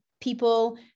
people